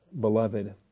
Beloved